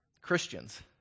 Christians